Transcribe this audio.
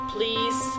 Please